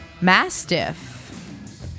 Mastiff